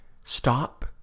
stop